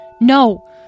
No